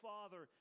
Father